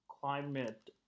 Climate